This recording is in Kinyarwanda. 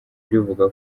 rivuga